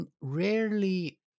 rarely